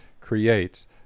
creates